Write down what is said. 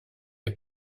est